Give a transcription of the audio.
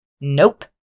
Nope